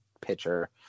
pitcher